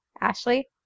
Ashley